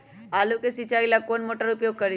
आलू के सिंचाई ला कौन मोटर उपयोग करी?